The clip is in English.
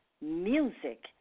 Music